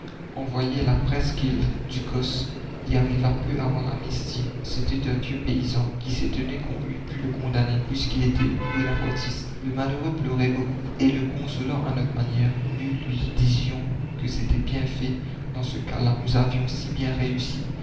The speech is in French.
envoyé à la presqu'île ducos y arriva peu avant l'amnistie c'était un vieux paysan qui s'étonnait qu'on eût pu le condamner puisqu'il était bonapartiste le malheureux pleurait beaucoup et le consolant à notre manière nous lui disions que c'était bien fait dans ce cas-là nous avions si bien réussi